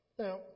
Now